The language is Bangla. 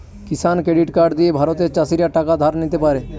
কিষান ক্রেডিট কার্ড দিয়ে ভারতের চাষীরা টাকা ধার নিতে পারে